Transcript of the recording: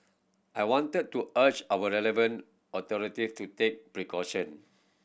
I wanted to urge our relevant authorities to take precaution